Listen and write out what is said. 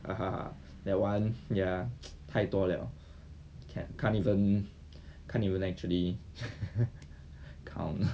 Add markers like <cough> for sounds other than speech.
ah ha that one ya <noise> 太多了 can can't even can't even actually <laughs> count